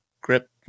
Grip